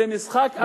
זה משחק,